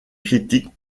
critiques